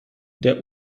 der